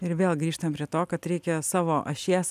ir vėl grįžtam prie to kad reikia savo ašies